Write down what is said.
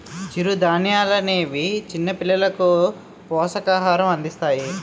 చిరుధాన్యాలనేవి చిన్నపిల్లలకు పోషకాహారం అందిస్తాయి